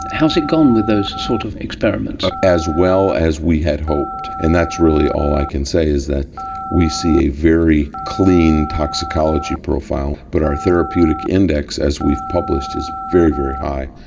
how has it gone with those sort of experiments? as well as we had hoped, and that's really all i can say, is that we see very clean toxicology profile, but our therapeutic index, as we've published, is very, very high,